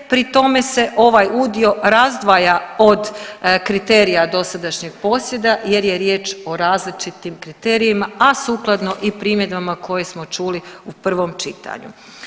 Pri tome se ovaj udio razdvaja od kriterija dosadašnjeg posjeda jer je riječ o različitim kriterijima, a sukladno i primjedbama koje smo čuli u prvom čitanju.